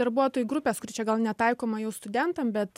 darbuotojų grupės kuri čia gal netaikoma jau studentam bet